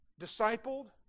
discipled